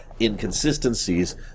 inconsistencies